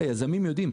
היזמים יודעים,